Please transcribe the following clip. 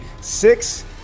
Six